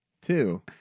Two